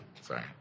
Sorry